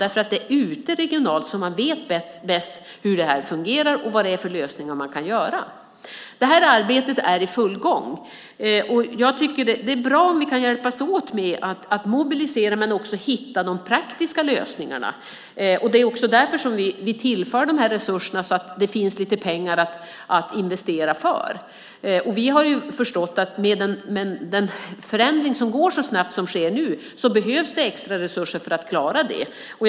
Det är regionalt som man vet bäst hur det fungerar och vilka lösningar som kan användas. Arbetet är i full gång. Det är bra om vi kan hjälpas åt med att mobilisera och hitta de praktiska lösningarna. Det är också därför som vi tillför resurserna så att det finns pengar att investera med. Vi har förstått att med den förändring som sker så snabbt som nu behövs extra resurser för att klara detta.